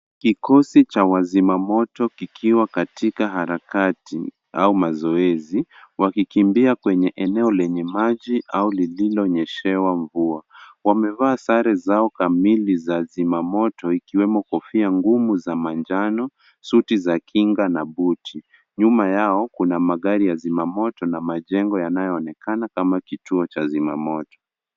Kikosi cha wazimamoto kikiwa katika harakati au mazoezi, wakikimbia kwenye eneo lenye maji au lililonyeshewa mvua. Wamevaa sare zao kamili za zimamoto ikiwemo kofia ngumu za manjano, suti za kinga na buti. Nyuma yao kuna magari ya zimamoto na majengo yanayoonekana kama kituo cha zimamoto.